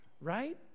right